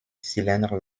cylindres